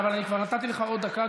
אבל אני כבר נתתי לך עוד דקה,